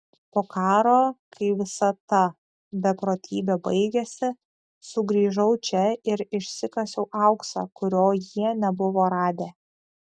po karo kai visa ta beprotybė baigėsi sugrįžau čia ir išsikasiau auksą kurio jie nebuvo radę